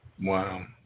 Wow